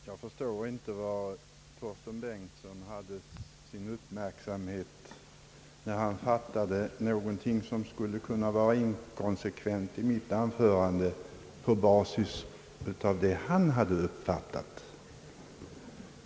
Herr talman! Jag förstår inte var herr Torsten Bengtson hade sin uppmärksamhet när han på basis av vad han hade uppfattat menade, att jag skulle ha varit inkonsekvent i mitt anförande.